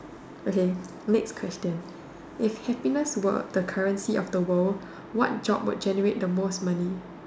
okay next question if happiness were the currency of the world what job would generate the most money